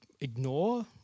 ignore